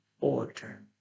order